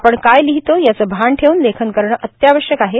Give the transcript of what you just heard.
आपण काय लिहितो याचे भान ठेवून लेखन करणे अत्यावश्यक आहे